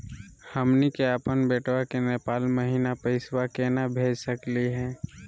हमनी के अपन बेटवा क नेपाल महिना पैसवा केना भेज सकली हे?